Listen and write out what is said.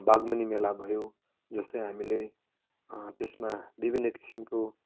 बागवानी मेला भयो जस्तै हामीले त्यसमा विभिन्न किसिमको